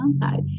downside